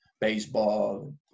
baseball